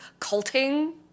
culting